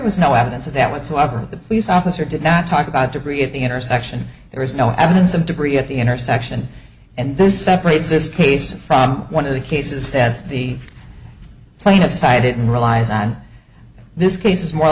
was no evidence of that whatsoever the police officer did not talk about debris at the intersection there is no evidence of degree at the intersection and this separates this case from one of the cases that the plaintive sighted and relies on this case is more